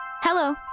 Hello